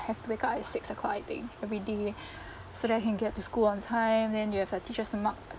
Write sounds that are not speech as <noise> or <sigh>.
have to wake up at six o'clock I think everyday <breath> so that I can get to school on time then you have uh teachers to mark